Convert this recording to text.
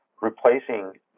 replacing